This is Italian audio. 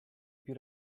più